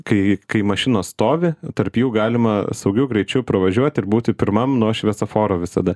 kai kai mašinos stovi tarp jų galima saugiu greičiu pravažiuoti ir būti pirmam nuo šviesoforo visada